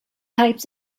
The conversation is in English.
types